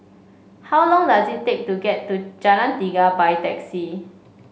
how long does it take to get to Jalan Tiga by taxi